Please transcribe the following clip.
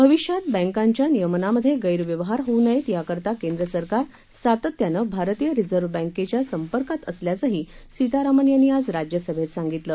भविष्यात बँकांच्या नियमनामध्ये गैरव्यवहार होऊ नयेत याकरता केंद्र सरकार सातत्यानं भारतीय रिझर्व बँकेच्या संपर्कात असल्याचंही सीतारामन यांनी आज राज्यसभेत सांगितलं